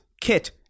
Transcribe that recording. Kit